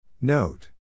Note